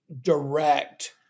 direct